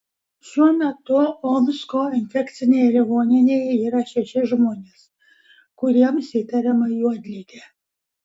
šiuo metu omsko infekcinėje ligoninėje yra šeši žmonės kuriems įtariama juodligė